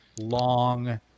long